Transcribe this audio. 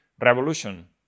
Revolution